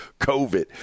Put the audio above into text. COVID